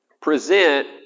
present